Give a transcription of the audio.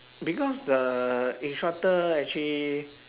because the instructor actually